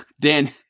Dan